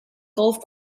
golf